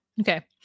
okay